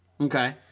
Okay